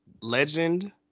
legend